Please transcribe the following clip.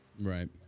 Right